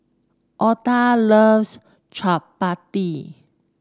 Altha loves Chapati